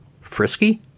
frisky